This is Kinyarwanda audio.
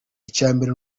icyambere